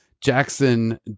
Jackson